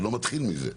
זה לא מתחיל מזה.